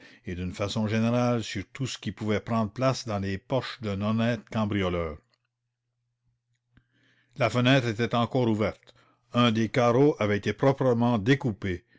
et d'une façon générale sur tout ce qui pouvait prendre place dans les poches d'un honnête cambrioleur la fenêtre était encore ouverte un des carreaux avait été proprement découpé